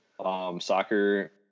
Soccer